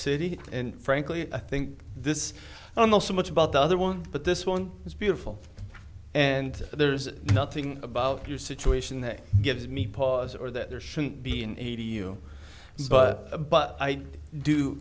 city and frankly i think this i'm not so much about the other one but this one is beautiful and there's nothing about your situation that gives me pause or that there shouldn't be in to you but but i do